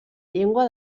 llengua